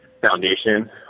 foundation